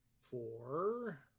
Four